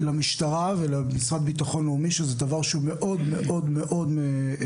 למשטרה ולמשרד ביטחון לאומי שזה דבר שהוא מאוד מאוד נצרך,